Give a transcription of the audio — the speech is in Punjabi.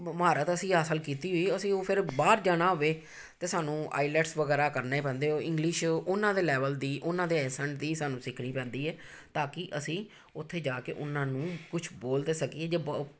ਮਹਾਰਤ ਅਸੀਂ ਹਾਸਲ ਕੀਤੀ ਹੋਈ ਅਸੀਂ ਉਹ ਫਿਰ ਬਾਹਰ ਜਾਣਾ ਹੋਵੇ ਤਾਂ ਸਾਨੂੰ ਆਈਲੈਟਸ ਵਗੈਰਾ ਕਰਨਾ ਹੀ ਪੈਂਦੇ ਉਹ ਇੰਗਲਿਸ਼ ਉਹਨਾਂ ਦੇ ਲੈਵਲ ਦੀ ਉਹਨਾਂ ਦੇ ਐਂਸਟ ਦੀ ਸਾਨੂੰ ਸਿਖਣੀ ਪੈਂਦੀ ਹੈ ਤਾਂ ਕਿ ਅਸੀਂ ਉੱਥੇ ਜਾ ਕੇ ਉਹਨਾਂ ਨੂੰ ਕੁਛ ਬੋਲ ਤਾਂ ਸਕੀਏ ਜੇ ਬਾ